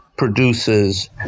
produces